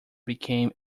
became